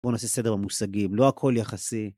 בואו נעשה סדר במושגים, לא הכל יחסי.